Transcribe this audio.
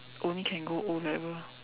only can go O-level